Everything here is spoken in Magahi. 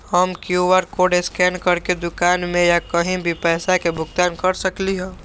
हम कियु.आर कोड स्कैन करके दुकान में या कहीं भी पैसा के भुगतान कर सकली ह?